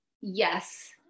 yes